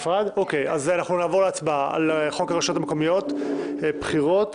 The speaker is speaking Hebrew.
נעבור להצבעה על חוק הרשויות המקומיות (בחירות).